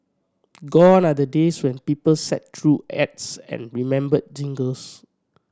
gone are the days when people sat through ads and remembered jingles